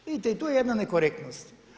Vidite i tu je jedna nekorektnost.